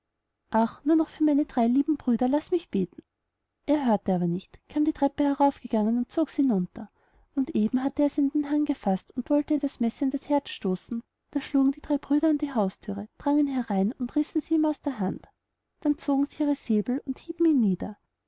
ach nur noch für meine drei lieben brüder laß mich beten er hörte aber nicht kam die treppe heraufgegangen und zog sie hinunter und eben hatte er sie an den haaren gefaßt und wollte ihr das messer in das herz stoßen da schlugen die drei brüder an die hausthüre drangen herein und rissen sie ihm aus der hand dann zogen sie ihre säbel und hieben ihn nieder